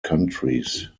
countries